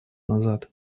назад